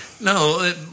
No